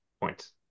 points